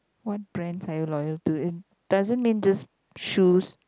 what brands are you loyal to it doesn't mean just shoes